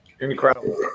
Incredible